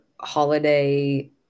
holiday